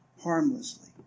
Harmlessly